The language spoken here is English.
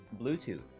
Bluetooth